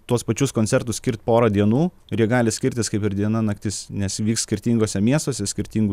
tuos pačius koncertus skirt pora dienų ir jie gali skirtis kaip ir diena naktis nes vyks skirtinguose miestuose skirtingu